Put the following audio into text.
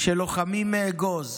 של לוחמים מאגוז,